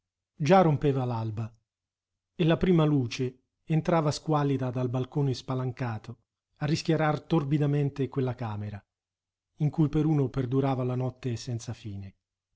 già rompeva l'alba e la prima luce entrava squallida dal balcone spalancato a rischiarar torbidamente quella camera in cui per uno perdurava la notte senza fine